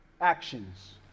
actions